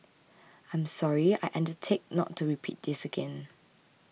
I'm sorry I undertake not to repeat this again